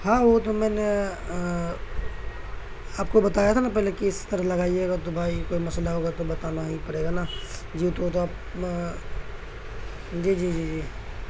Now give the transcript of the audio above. ہاں وہ تو میں نے آپ کو بتایا تھا نا پہلے کہ اس طرح لگائیے گا تو بھائی کوئی مسئلہ ہوگا تو بتانا ہی پڑے گا نا جی تو تو آپ جی جی جی جی